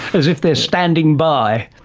as if they are standing by?